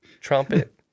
Trumpet